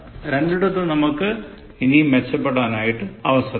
രണ്ടിടത്തും നമുക്ക് ഇനിയും മെച്ചപ്പെടാൻ അവസരമുണ്ട്